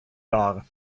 dar